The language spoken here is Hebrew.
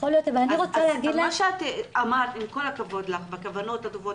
אז מה שאמרת עם כל הכבוד לך והכוונות הטובות